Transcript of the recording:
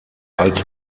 als